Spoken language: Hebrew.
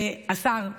השר,